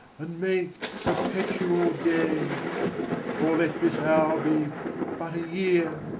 and make perpetual day or let this hour be but a year,